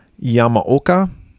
Yamaoka